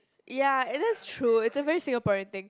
ya it is true it's a very Singaporean thing